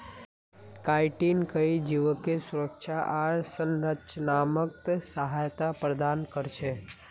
chitin कई जीवके सुरक्षा आर संरचनात्मक सहायता प्रदान कर छेक